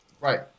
Right